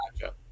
Gotcha